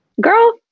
Girl